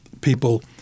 people—